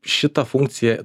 šita funkcija